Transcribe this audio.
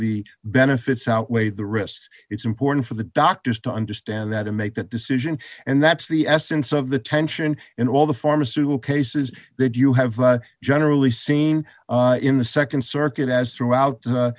the benefits outweigh the risks it's important for the doctors to understand that and make that decision and that's the essence of the tension in all the pharmaceutical cases that you have generally seen in the nd circuit as throughout